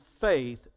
faith